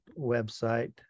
website